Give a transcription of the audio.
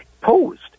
posed